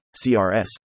CRS